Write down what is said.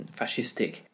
fascistic